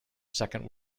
second